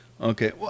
Okay